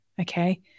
okay